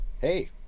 Hey